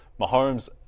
Mahomes